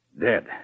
Dead